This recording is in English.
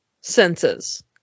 senses